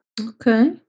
Okay